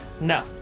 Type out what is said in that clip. No